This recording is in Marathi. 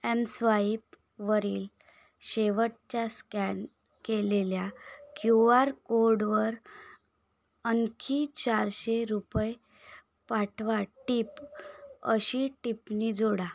एम स्वाईपवरील शेवटच्या स्कॅन केलेल्या क्यू आर कोडवर आणखी चारशे रुपये पाठवा टीप अशी टिप्पणी जोडा